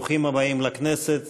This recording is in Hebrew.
ברוכים הבאים לכנסת.